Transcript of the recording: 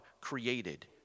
created